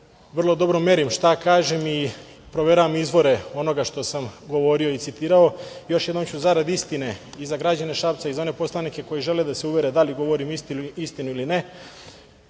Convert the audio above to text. vrlo dobro merim šta kažem i proveravam izvore onoga što sam govorio i citirao, još jedom ću zarad istine i za građane Šapca i za one poslanike koji žele da se uvere da li govorim istinu ili ne,